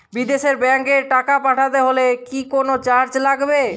বিদেশের ব্যাংক এ টাকা পাঠাতে হলে কি কোনো চার্জ লাগবে?